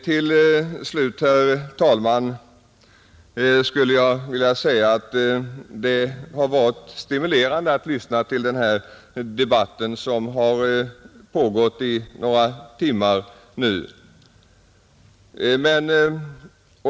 Till slut, herr talman, skulle jag vilja säga att det har varit stimulerande att lyssna till den debatt som har pågått i några timmar nu.